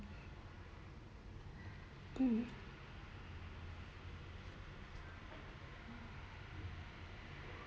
um